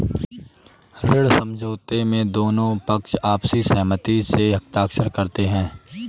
ऋण समझौते में दोनों पक्ष आपसी सहमति से हस्ताक्षर करते हैं